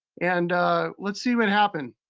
and let's see what happened.